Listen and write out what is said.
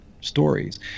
stories